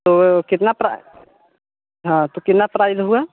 तो कितना प्रा हाँ तो कितना प्राइज़ हुआ